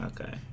okay